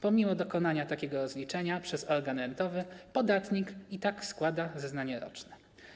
Pomimo dokonania takiego rozliczenia przez organ rentowy podatnik i tak składa zeznanie roczne.